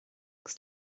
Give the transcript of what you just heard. agus